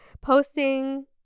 posting